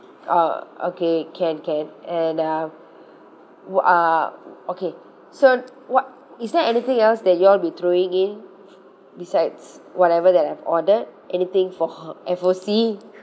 oh okay can can and um wha~ uh okay so what is there anything else that you all will be throwing in besides whatever that I've ordered anything for F_O_C